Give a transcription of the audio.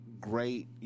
great